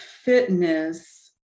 fitness